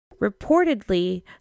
Reportedly